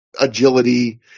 agility